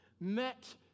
met